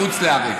בחוץ לארץ.